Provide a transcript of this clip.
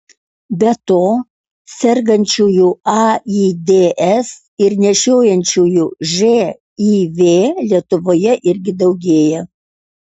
be to sergančiųjų aids ir nešiojančiųjų živ lietuvoje irgi daugėja